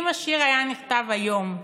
אם השיר היה נכתב היום,